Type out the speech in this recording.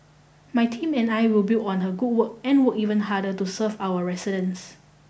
my team and I will build on her good work and work even harder to serve our residents